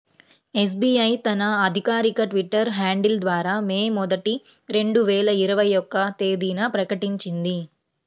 SBI తన అధికారిక Twitter handle ద్వారా మే మొదటి, రెండు వేల ఇరవై ఒక్క తేదీన ప్రకటించింది